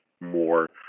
more